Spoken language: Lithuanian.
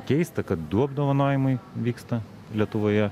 keista kad du apdovanojimai vyksta lietuvoje